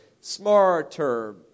smarter